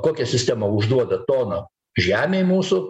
kokia sistema užduoda toną žemėj mūsų